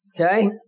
Okay